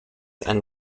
einen